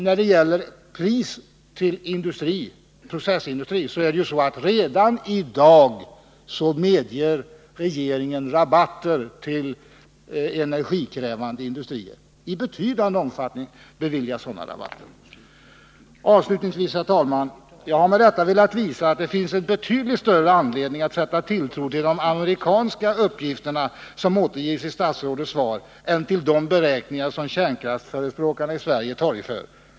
När det gäller processindustripriset beviljar ju regeringen redan i dag betydande rabatter till energikrävande industrier. Herr talman! Jag har med detta velat visa att det finns betydligt större anledning att sätta tilltro till de amerikanska uppgifter som återges i statsrådets svar än till de beräkningar som kärnkraftsförespråkarna i Sverige torgför.